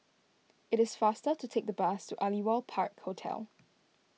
it is faster to take the bus to Aliwal Park Hotel